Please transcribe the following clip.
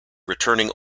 returning